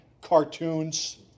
cartoons